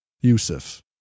Yusuf